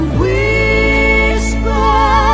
whisper